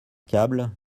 câble